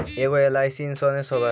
ऐगो LIC insurance होव है?